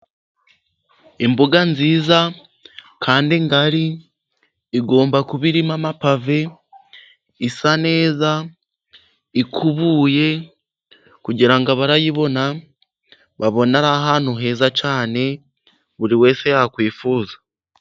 Imbuga nziza kandi ngari, igomba kuba irimo amapave, isa neza ikubuye, kugira ngo abayibona, babone ari ahantu heza cyane, buriwese yakwifuza.